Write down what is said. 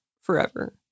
forever